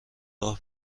راه